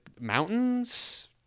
mountains